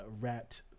rat